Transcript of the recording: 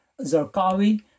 Zarqawi